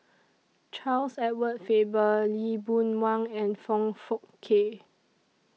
Charles Edward Faber Lee Boon Wang and Foong Fook Kay